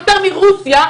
יותר ברוסיה,